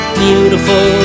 beautiful